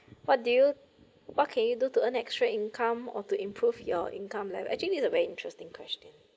what do you what can you do to earn extra income or to improve your income level actually it's a very interesting question